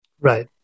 Right